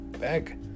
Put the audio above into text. Back